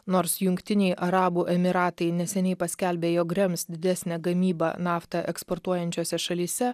nors jungtiniai arabų emyratai neseniai paskelbė jog rems didesnę gamybą naftą eksportuojančiose šalyse